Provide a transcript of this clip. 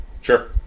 Sure